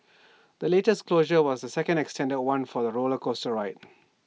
the latest closure was the second extended one for the roller coaster ride